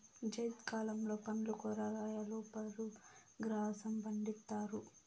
జైద్ కాలంలో పండ్లు, కూరగాయలు, పశు గ్రాసంను పండిత్తారు